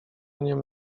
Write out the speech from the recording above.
niem